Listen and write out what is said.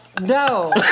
No